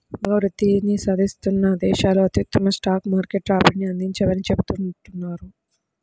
బాగా వృద్ధిని సాధిస్తున్న దేశాలు అత్యుత్తమ స్టాక్ మార్కెట్ రాబడిని అందించవని చెబుతుంటారు